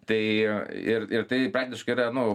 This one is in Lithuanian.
tai ir ir tai praktiškai yra nu